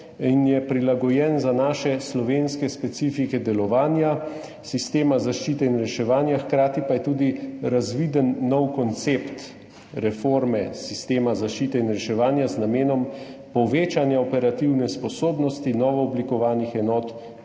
in je prilagojen za naše, slovenske specifike delovanja sistema zaščite in reševanja. Hkrati pa je tudi razviden nov koncept reforme sistema zaščite in reševanja z namenom povečanja operativne sposobnosti novooblikovanih enot